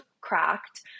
cracked